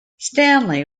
stanley